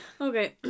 Okay